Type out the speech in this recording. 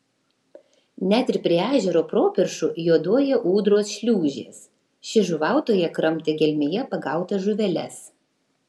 net ir prie ežero properšų juoduoja ūdros šliūžės ši žuvautoja kramtė gelmėje pagautas žuveles